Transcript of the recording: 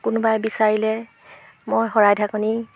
কোনোবাই বিচাৰিলে মই শৰাই ঢাকনী